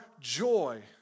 joy